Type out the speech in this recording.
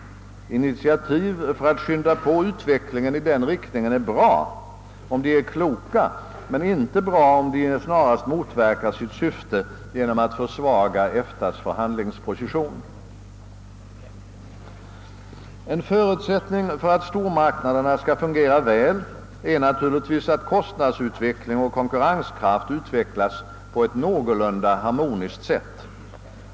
Initiativ för att skynda på utvecklingen i den riktningen är bra om de är kloka, men inte bra om de snarast motverkar sitt syfte genom att försvaga EFTA:s förhandlingsposition. En förutsättning för att stormarknaderna skall fungera väl är naturligtvis att kostnadsutvecklingen fortsätter och konkurrenskraften utvecklas på ett någorlunda harmoniskt sätt.